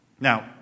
Now